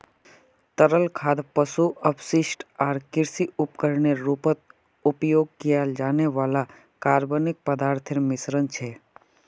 तरल खाद पशु अपशिष्ट आर कृषि उर्वरकेर रूपत उपयोग किया जाने वाला कार्बनिक पदार्थोंर मिश्रण छे